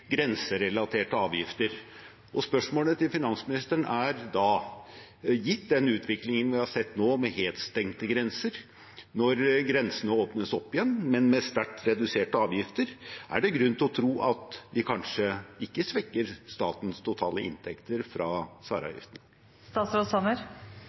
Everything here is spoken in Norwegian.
grenserelaterte avgifter. Spørsmålet til finansministeren er da: Gitt den utviklingen vi har sett nå med helt stengte grenser, og når grensene åpnes opp igjen, men med sterkt reduserte avgifter, er det grunn til å tro at de kanskje ikke svekker statens totale inntekter fra